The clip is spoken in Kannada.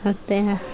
ಮತ್ತು